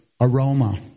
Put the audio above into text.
aroma